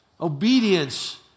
Obedience